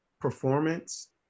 performance